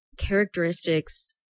characteristics